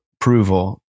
approval